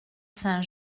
saint